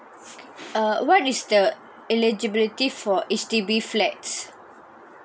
uh what is the eligibility for H_D_B flat